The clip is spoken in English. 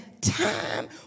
time